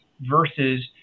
versus